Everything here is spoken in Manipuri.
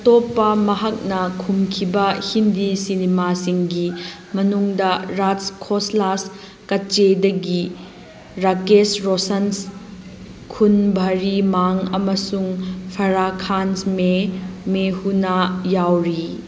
ꯑꯇꯣꯞꯄ ꯃꯍꯥꯛꯅ ꯀꯨꯝꯈꯤꯕ ꯍꯤꯟꯗꯤ ꯁꯤꯅꯦꯃꯥ ꯁꯤꯡꯒꯤ ꯃꯅꯨꯡꯗ ꯔꯥꯖ ꯈꯣꯁꯂꯥꯁ ꯀꯠꯆꯤꯗꯒꯤ ꯔꯥꯀꯦꯁ ꯔꯣꯁꯟꯁ ꯈꯨꯟ ꯕꯔꯤ ꯃꯥꯡ ꯑꯃꯁꯨꯡ ꯐꯔꯥ ꯈꯥꯟꯁ ꯃꯦ ꯍꯨꯅꯥ ꯌꯥꯎꯔꯤ